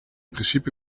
principe